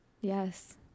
Yes